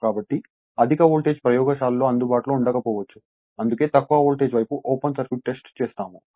కాబట్టి అధిక వోల్టేజ్ ప్రయోగశాలలో అందుబాటులో ఉండకపోవచ్చు అందుకే తక్కువ వోల్టేజ్ వైపు ఓపెన్ సర్క్యూట్ టెస్ట్ చేస్తాము